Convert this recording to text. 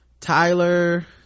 Tyler